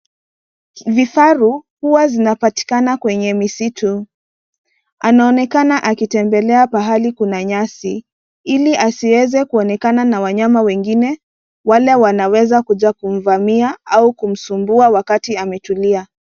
Vifaru huwa zinapatikana kwenye misitu. Anaonekana akitembelea pahali kuna nyasi ili asiweze kuonekana na wanyama wengine wale wanaweza kuja kumvamia au kumsumbua wakati ametulia.